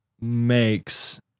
makes